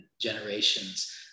generations